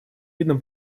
видом